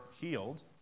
healed